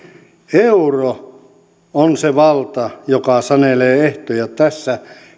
euro on se valta joka sanelee ehtoja tässä